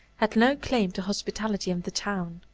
had no claim to hospitality in the town.